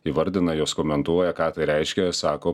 įvardina juos komentuoja ką tai reiškia sako